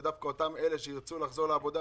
ודווקא אותן אלה שירצו לחזור לעובדה,